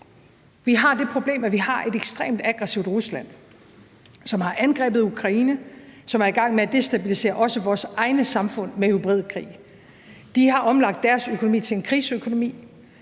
Vi har det problem, at vi har et ekstremt aggressivt Rusland, som har angrebet Ukraine, og som er i gang med at stabilisere også vores egne samfund med hybridkrig. De har omlagt deres økonomi til en krigsøkonomi,